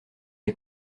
est